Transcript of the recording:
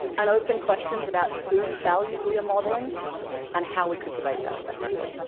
and open questions about whose values we are modelling and how we could debate that effectively.